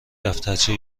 دفترچه